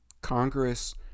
Congress